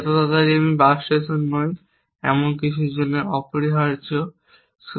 যত তাড়াতাড়ি আমি বাস স্টেশন নই এমন কিছুর জন্য অপরিহার্যভাবে